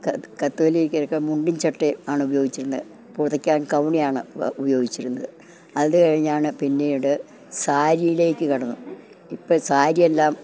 കത്തോലിക്കയൊക്കെ മുണ്ടും ചട്ടയും ആണുപയോഗിച്ചിരുന്നത് പുതയ്ക്കാൻ കൗണിയാണ് ഇവർ ഉപയോഗിച്ചിരുന്നത് അത് കഴിഞ്ഞാണ് പിന്നീട് സാരിയിലേക്ക് കടന്നു ഇപ്പം സാരിയെല്ലാം